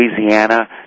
Louisiana